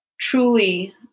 truly